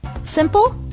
simple